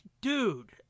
dude